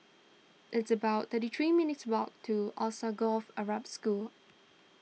it's about thirty three minutes' walk to Alsagoff Arab School